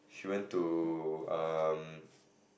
she went to um